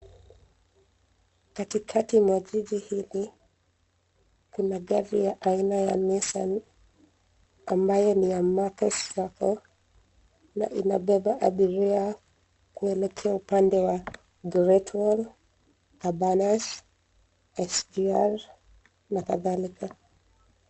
Katikati mwa jiji hili, kuna gari ya aina ya nissan ambayo ni ya Makos Sacco na inabeba abiria kuelekea upande wa Great wall , Cabanas, SGR na kadhalika.